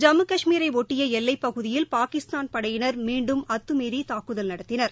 ஜம்மு காஷ்மீரை ஒட்டிய எல்லைப்பகுதியில் பாகிஸ்தான் படையினர் மீண்டும் அத்துமீறி தாக்குதல் நடத்தினர்